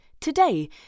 today